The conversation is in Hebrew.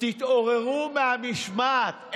תתעוררו מהמשמעת.